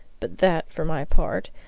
but that, for my part,